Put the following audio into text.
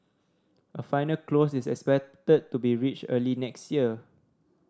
a final close is expected to be reached early next year